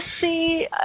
see